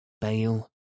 bail